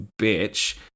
bitch